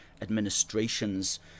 administrations